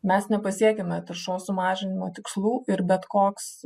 mes nepasiekiame taršos sumažinimo tikslų ir bet koks